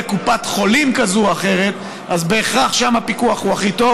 קופת חולים כזאת או אחרת אז בהכרח שם הפיקוח הוא הכי טוב.